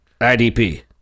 IDP